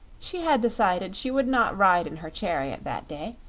she had decided she would not ride in her chariot that day,